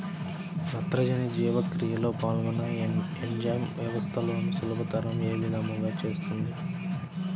నత్రజని జీవక్రియలో పాల్గొనే ఎంజైమ్ వ్యవస్థలను సులభతరం ఏ విధముగా చేస్తుంది?